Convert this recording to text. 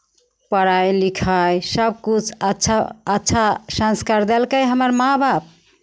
पढ़ाइ लिखाइ सभकिछु अच्छा अच्छा संस्कार देलकै हमर माँ बाप